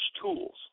tools